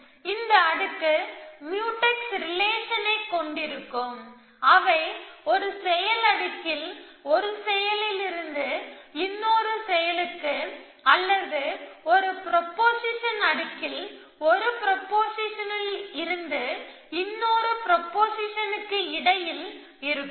இந்த அடுக்கு முயூடெக்ஸ் ரிலேஷனை கொண்டிருக்கும் அவை ஒரு செயல் அடுக்கில் ஒரு செயலிலிருந்து இன்னொரு செயலுக்கு அல்லது ஒரு ப்ரொபொசிஷன் அடுக்கில் ஒரு ப்ரொபொசிஷனில் இருந்து இன்னொரு ப்ரொபொசிஷனுக்கு இடையில் இருக்கும்